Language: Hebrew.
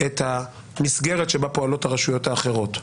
את המסגרת שבה פעולות הרשויות האחרות.